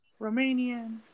Romanian